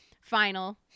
final